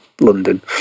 london